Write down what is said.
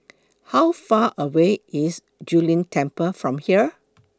How Far away IS Zu Lin Temple from here